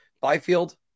Byfield